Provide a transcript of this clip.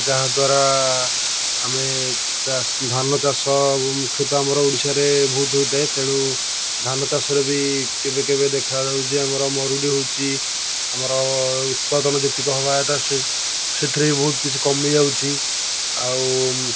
ଯାହାଦ୍ବାରା ଆମେ ଚାଷ ଧାନ ଚାଷ ମୁଖ୍ୟତଃ ଆମର ଓଡ଼ିଶାରେ ବହୁତ ହୋଇଥାଏ ତେଣୁ ଧାନ ଚାଷରେ ବି କେବେ କେବେ ଦେଖାଯାଉଛି ଯେ ଆମର ମରୁଡ଼ି ହେଉଛି ଆମର ଉତ୍ପାଦାନ ଯେତିକି ହେବା କଥା ସେଥିରେ ବି ବହୁତ କିଛି କମିଯାଉଛି ଆଉ